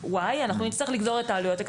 וכמובן לתת לזה את המענה וההתייחסות.